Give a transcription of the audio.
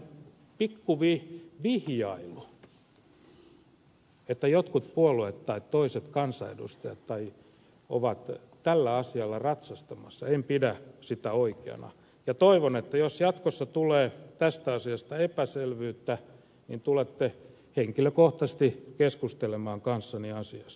mutta sellaista pikkuvihjailua että jotkut puolueet tai toiset kansanedustajat ovat tällä asialla ratsastamassa en pidä oikeana ja toivon että jos jatkossa tulee tästä asiasta epäselvyyttä niin tulette henkilökohtaisesti keskustelemaan kanssani asiasta